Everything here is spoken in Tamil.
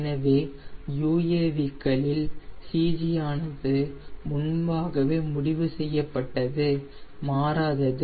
எனவே UAV க்களில் CG ஆனது முன்பாகவே முடிவு செய்யப்பட்டது மாறாதது